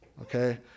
Okay